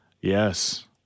yes